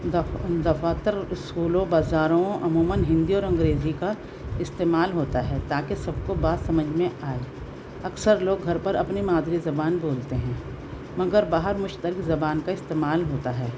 دفاتر اسکولوں بازاروں عموماً ہندی اور انگریزی کا استعمال ہوتا ہے تاکہ سب کو بات سمجھ میں آئے اکثر لوگ گھر پر اپنی مادری زبان بولتے ہیں مگر باہر مشترک زبان کا استعمال ہوتا ہے